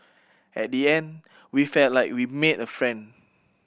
at the end we felt like we made a friend